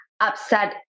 upset